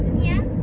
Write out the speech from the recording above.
yeah